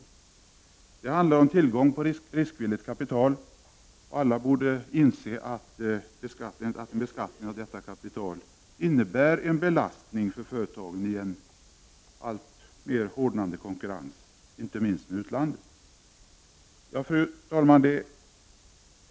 8 november 1989 Det handlar om tillgång till riskvilligt kapital. Alla borde inse att en beskattning av detta kapital innebär en belastning för företagen i den alltmer hårdnande konkurrensen, inte minst med utlandet. Fru talman!